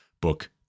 book